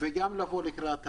וגם לבוא לקראת הדייגים.